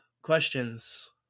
questions